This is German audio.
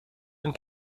ein